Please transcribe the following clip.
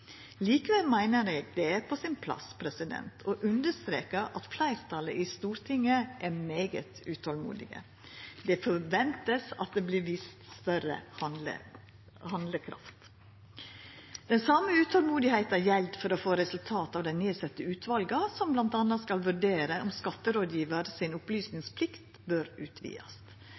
Likevel meiner eg det er på sin plass å understreka at fleirtalet i Stortinget er svært utolmodig. Det er forventa at det vert vist større handlekraft. Det same utolmodet gjeld for å få resultat av dei nedsette utvala som m.a. skal vurdera om opplysningsplikta til skatterådgjevaren bør utvidast.